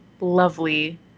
lovely